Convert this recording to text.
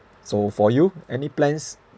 so for you any plans